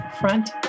Front